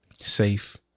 safe